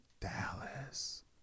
Dallas